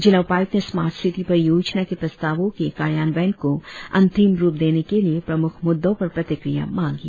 जिला उपायुक्त ने स्मार्ट सिटी परियोजना के प्रस्तावों के कार्यान्वयन को अंतीम रुप देने के लिए प्रमुख मुद्दों पर प्रतिक्रिया मांगी